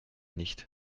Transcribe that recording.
nicht